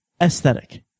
Aesthetic